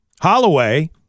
Holloway